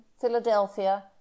philadelphia